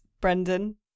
brendan